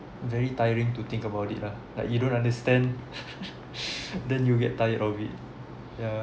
very tiring to think about it lah like you don't understand then you get tired of it yeah